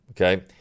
okay